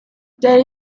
there